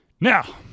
Now